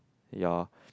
ya